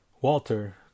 Walter